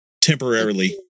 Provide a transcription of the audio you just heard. temporarily